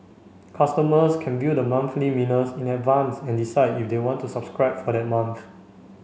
customers can view the monthly in advance and decide if they want to subscribe for that month